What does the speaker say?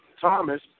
Thomas